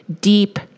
deep